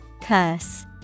Cuss